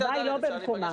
ההשוואה היא לא במקומה.